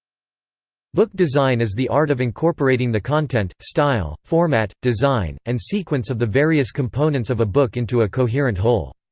book design is the art of incorporating the content, style, format, design, and sequence of the various components of a book into a coherent whole.